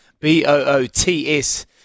B-O-O-T-S